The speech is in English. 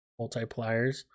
multipliers